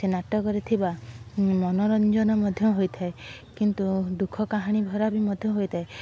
ସେ ନାଟକରେ ଥିବା ମନୋରଞ୍ଜନ ମଧ୍ୟ ହୋଇଥାଏ କିନ୍ତୁ ଦୁଃଖ କାହାଣୀ ଭରା ମଧ୍ୟ ହୋଇଥାଏ